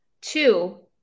Two